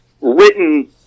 written